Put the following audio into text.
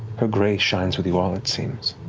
her grace shines with you all, it seems.